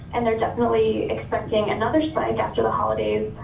and they are definitely expecting another spike after the holidays,